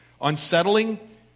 Unsettling